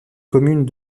communes